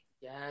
Yes